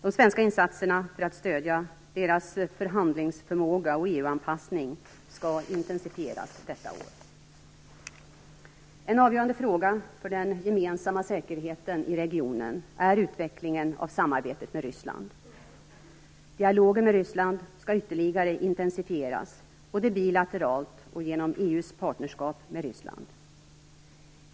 De svenska insatserna för att stödja deras förhandlingsförmåga och EU-anpassning skall intensifieras detta år. En avgörande fråga för den gemensamma säkerheten i regionen är utvecklingen av samarbetet med Ryssland. Dialogen med Ryssland skall ytterligare intensifieras både bilateralt och genom EU:s partnerskap med Ryssland.